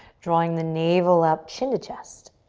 drawing the navel up chin to chest.